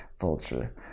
Vulture